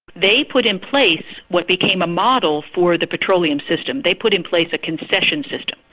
they put in place what became a model for the petroleum system, they put in place a concession system,